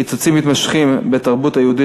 קיצוצים מתמשכים בתקציב התרבות היהודית